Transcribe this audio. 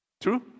True